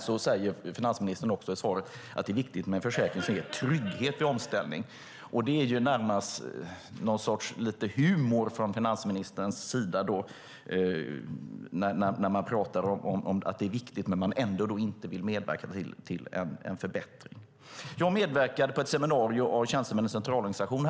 I svaret säger finansministern att det är viktigt med en försäkring som ger trygghet vid omställning. Det är närmast lite humor från finansministerns sida att tala om det när han nu inte vill medverka till en förbättring. Häromdagen deltog jag i ett seminarium anordnat av Tjänstemännens centralorganisation.